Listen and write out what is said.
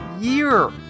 year